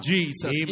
Jesus